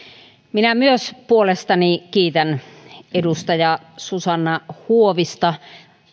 minä myös puolestani kiitän edustaja susanna huovista